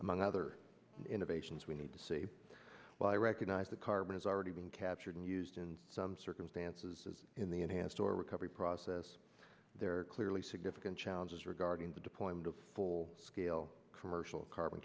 among other innovations we need to see why recognize the carbon has already been captured and used in some circumstances in the enhanced oil recovery process there are clearly significant challenges regarding the deployment of full scale commercial carbon